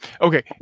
Okay